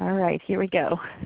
right here we go.